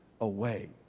away